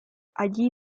allí